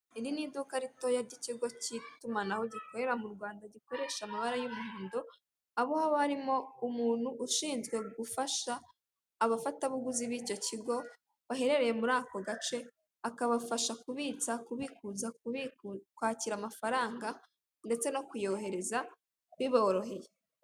Iri ni iduka ritoya ry'ikigo k'itumanaho gikorera mu Rwanda gikoresha amabara y'umuhondo, aho haba harimo umuntu ishinzwe gufasha abafatabuguzi b'icyo kigo bahereye muri ako gace, akabafasha kubitsa, kubikuza, kwakira amafaranga ndetse no kuyohereza biboroheye.